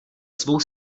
svou